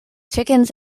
chickens